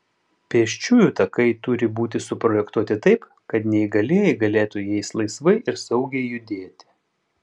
pėsčiųjų takai turi būti suprojektuoti taip kad neįgalieji galėtų jais laisvai ir saugiai judėti